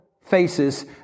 faces